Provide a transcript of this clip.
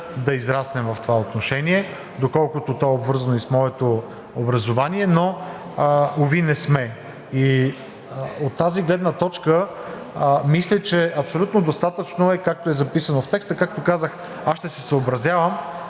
да израснем в това отношение, доколкото то е обвързано и с моето образование, но уви, не сме. От тази гледна точка мисля, че абсолютно достатъчно е, както е записано в текста. Както казах, аз ще се съобразявам